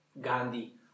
Gandhi